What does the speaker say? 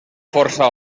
força